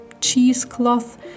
cheesecloth